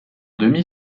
demi